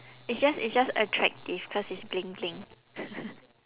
it's just it's just attractive cause it's bling bling